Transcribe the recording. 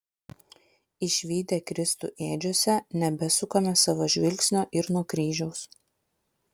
išvydę kristų ėdžiose nebesukame savo žvilgsnio ir nuo kryžiaus